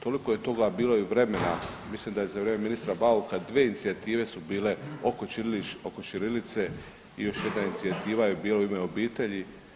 Toliko je toga bilo i vremena, mislim da je za vrijeme ministra Bauka dvije inicijative su bile oko ćirilice i još jedna inicijativa je bila „U ime obitelji“